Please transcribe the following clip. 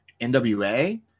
NWA